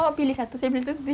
ah saya buat pasta